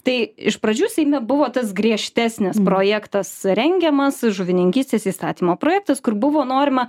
tai iš pradžių seime buvo tas griežtesnis projektas rengiamas žuvininkystės įstatymo projektas kur buvo norima